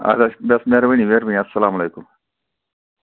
اَدٕ حظ بَس مہربٲنی مہربٲنی اَسَلامُ علیکُم